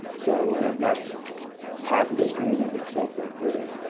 so that's positive in and of itself right there.